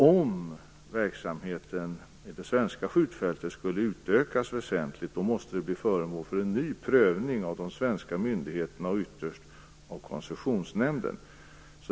Om verksamheten vid det svenska skjutfältet utökas väsentligt då måste - såvitt jag kan förstå - frågan bli föremål för en ny prövning av de svenska myndigheterna och ytterst av Koncessionsnämnden.